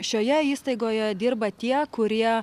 šioje įstaigoje dirba tie kurie